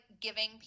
giving